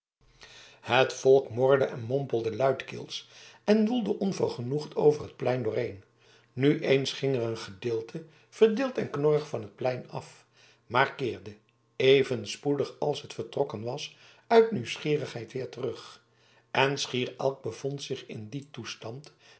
het volk morde en mompelde luidkeels en woelde onvergenoegd over het plein dooreen nu eens ging er een gedeelte verveeld en knorrig van het plein af maar keerde even spoedig als het vertrokken was uit nieuwsgierigheid weer terug en schier elk bevond zich in dien toestand